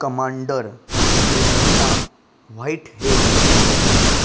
commander Renata Whitehead